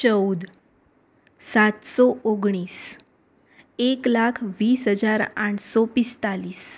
ચૌદ સાતસો ઓગણીસ એક લાખ વીસ હજાર આઠસો પિસ્તાલીસ